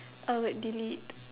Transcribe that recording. I would delete